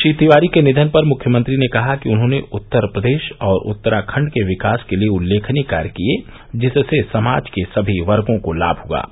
श्री तिवारी के निधन पर मुख्यमंत्री ने कहा कि उन्होंने उत्तर प्रदेश और उत्तराखंड के विकास के लिये उल्लेखनीय कार्य किये जिससे समाज के सभी वर्गो को लाम हुआ